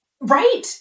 Right